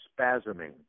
spasming